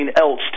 else